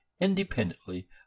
independently